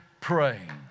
praying